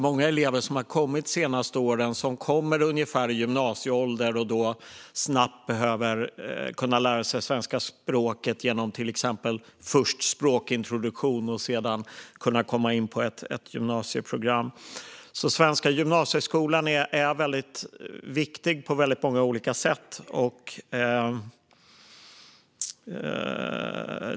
Många elever som har kommit hit under de senaste åren är i gymnasieåldern, och de behöver snabbt lära sig svenska språket genom till exempel först språkintroduktion för att sedan komma in på ett gymnasieprogram. Den svenska gymnasieskolan är viktig på många olika sätt.